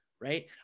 right